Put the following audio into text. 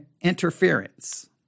interference